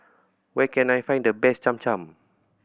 where can I find the best Cham Cham